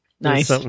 Nice